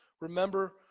remember